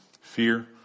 fear